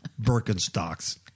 Birkenstocks